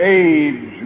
age